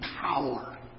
power